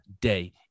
day